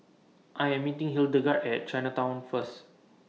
I Am meeting Hildegard At Chinatown First